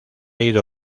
ido